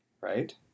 right